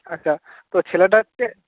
আচ্ছা তো ছেলেটা হচ্ছে